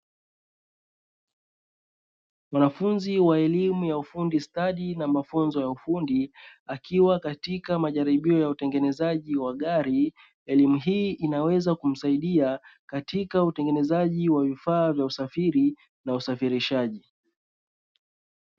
Wanafunzi wa elimu ya ufundi stadi na mafunzo ya ufundi, akiwa katika majaribio ya utengenezaji wa gari. Elimu hii inaweza kumsaidia katika utengenezaji wa vifaa vya usafiri na usafirishaji.